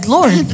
Lord